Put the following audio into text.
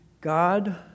God